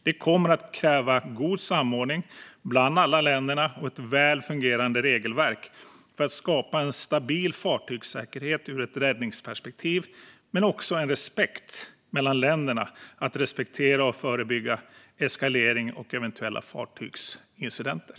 Det kommer att krävas en god samordning mellan alla länder och ett väl fungerade regelverk för att skapa en stabil fartygssäkerhet ur ett räddningsperspektiv. Det kommer också att krävas respekt mellan länderna för att förebygga eskalering och eventuella fartygsincidenter.